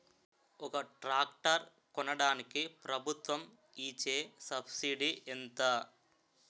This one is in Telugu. ఒక ట్రాక్టర్ కొనడానికి ప్రభుత్వం ఇచే సబ్సిడీ ఎంత?